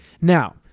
now